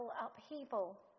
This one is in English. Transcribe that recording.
upheaval